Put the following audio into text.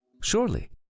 Surely